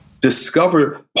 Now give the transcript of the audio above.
Discover